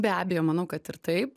be abejo manau kad ir taip